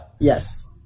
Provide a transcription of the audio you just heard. Yes